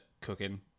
cooking